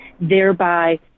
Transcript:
thereby